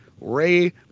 Ray